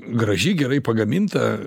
graži gerai pagaminta